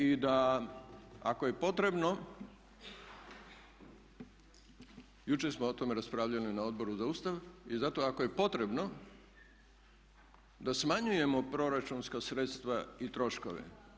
I da ako je potrebno, jučer smo o tome raspravljali na Odboru za Ustav, i zato ako je potrebno da smanjujemo proračunska sredstva i troškove.